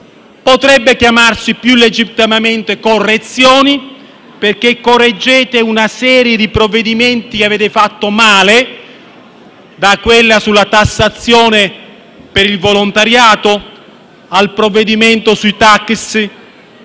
potrebbe chiamarsi più legittimamente "complicazioni" o "correzioni", perché correggete una serie di provvedimenti che avete fatto male, da quello sulla tassazione per il volontariato al provvedimento sui taxi,